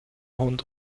hund